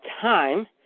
time